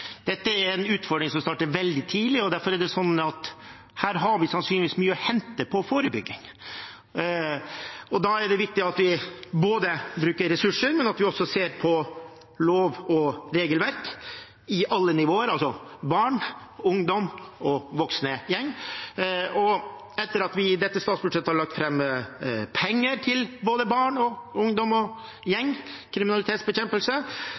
Dette er en utfordring som starter veldig tidlig, og derfor er det sånn at vi her sannsynligvis har mye å hente på forebygging. Da er det viktig at vi både bruker ressurser og også ser på lover og regelverk på alle nivåer – altså barne-, ungdoms- og voksengjenger. Etter at vi i dette statsbudsjettet har lagt fram penger til bekjempelse av gjengkriminalitet blant både barn og ungdom,